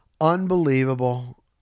Unbelievable